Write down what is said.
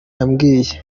yambwiye